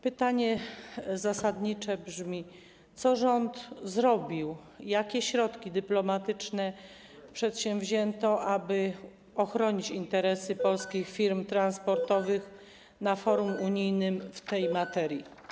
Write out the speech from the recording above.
Pytanie zasadnicze brzmi: Co rząd zrobił, jakie środki dyplomatyczne przedsięwzięto, aby ochronić interesy polskich firm transportowych na forum unijnym w tej materii?